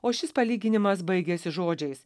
o šis palyginimas baigiasi žodžiais